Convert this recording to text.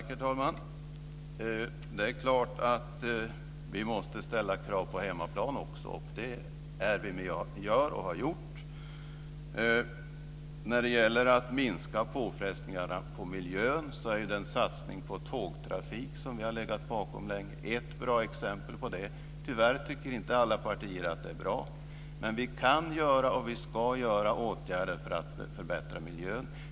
Herr talman! Det är klart att vi måste ställa krav på hemmaplan också, och det är det jag gör och har gjort. När det gäller att minska påfrestningarna på miljön är den satsning på tågtrafik som vi har legat bakom länge ett bra exempel. Tyvärr tycker inte alla partier att det är bra, men vi kan och vi ska vidta åtgärder för att förbättra miljön.